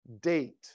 date